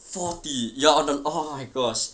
forty you are on the oh my gosh